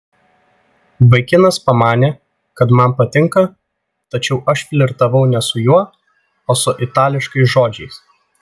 vaikinas pamanė kad man patinka tačiau aš flirtavau ne su juo o su itališkais žodžiais